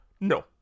No